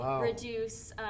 reduce